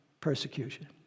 persecution